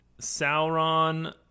Sauron